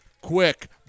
quick